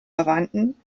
verwandten